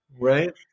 right